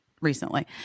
recently